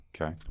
Okay